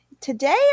today